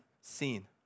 seen